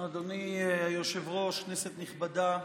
אדוני היושב-ראש, כנסת נכבדה,